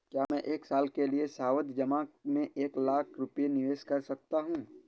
क्या मैं एक साल के लिए सावधि जमा में एक लाख रुपये निवेश कर सकता हूँ?